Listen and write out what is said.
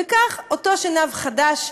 וכך אותו שנהב חדש,